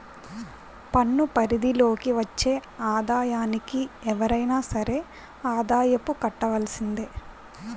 పన్ను పరిధి లోకి వచ్చే ఆదాయానికి ఎవరైనా సరే ఆదాయపు కట్టవలసిందే